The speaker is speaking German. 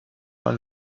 mal